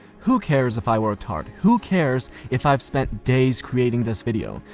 who cares if i worked hard? who cares if i've spent days creating this video?